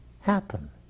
happen